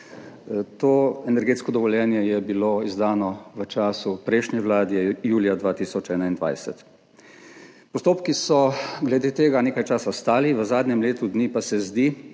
To energetsko dovoljenje je bilo izdano v času prejšnje vlade, julija 2021. Postopki so glede tega nekaj časa stali, v zadnjem letu dni pa se zdi,